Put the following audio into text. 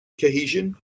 Cohesion